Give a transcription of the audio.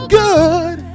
good